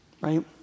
Right